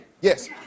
Yes